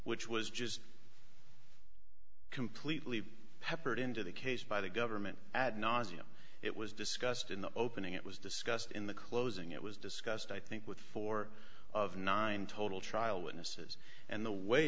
which was just completely peppered into the case by the government ad nauseum it was discussed in the opening it was discussed in the closing it was discussed i think with four of nine total trial witnesses and the way